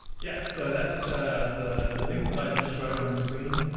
yeah so that's ah the the link that i just showed on screen.